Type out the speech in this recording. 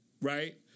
right